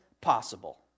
possible